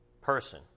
person